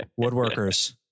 Woodworkers